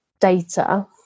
data